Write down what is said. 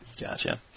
gotcha